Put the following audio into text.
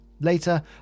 Later